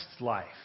life